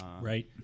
Right